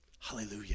Hallelujah